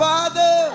Father